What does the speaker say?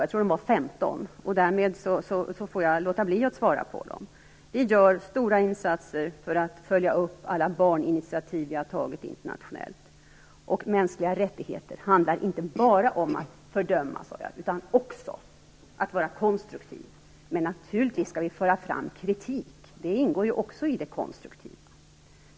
Jag tror att de var 15 stycken, och därmed får jag låta bli att svara. Vi gör stora insatser för att följa upp alla barninitiativ vi har tagit internationellt. Mänskliga rättigheter handlar inte bara om att fördöma, sade jag, utan också om att vara konstruktiv. Men naturligtvis skall vi föra fram kritik. Det ingår ju också i det konstruktiva arbetet.